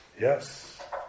Yes